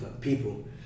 people